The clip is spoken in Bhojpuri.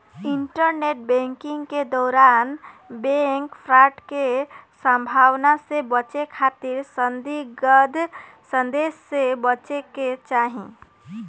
इंटरनेट बैंकिंग के दौरान बैंक फ्रॉड के संभावना से बचे खातिर संदिग्ध संदेश से बचे के चाही